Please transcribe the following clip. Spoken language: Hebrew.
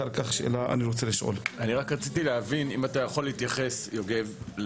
רק רציתי להבין אם אתה יכול להתייחס, יוגב,